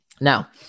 now